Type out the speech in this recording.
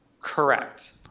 Correct